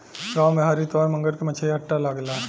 गाँव में हर इतवार मंगर के मछली हट्टा लागेला